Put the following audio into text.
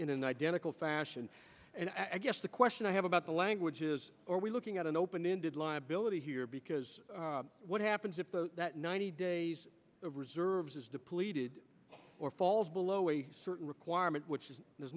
in an identical fashion and i guess the question i have about the language is or are we looking at an open ended liability here because what happens if ninety days of reserves is depleted or falls below a certain requirement which is there's